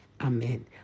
Amen